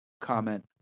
comment